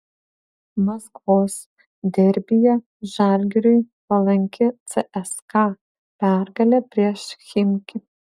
maskvos derbyje žalgiriui palanki cska pergalė prieš chimki